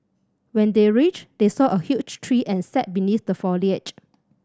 when they reached they saw a huge tree and sat beneath the foliage